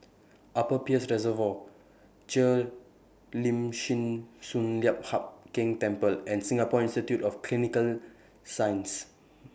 Upper Peirce Reservoir Cheo Lim Chin Sun Lian Hup Keng Temple and Singapore Institute For Clinical Sciences